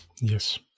Yes